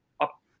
up